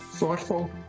thoughtful